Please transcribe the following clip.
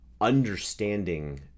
Understanding